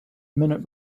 minute